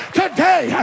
today